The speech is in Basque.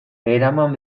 eraman